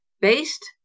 based